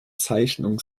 zeichnung